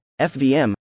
FVM